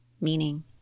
Meaning